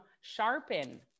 sharpen